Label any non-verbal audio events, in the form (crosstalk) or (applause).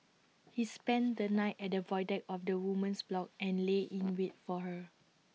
(noise) he spent the night at the void deck of the woman's block and lay in wait for her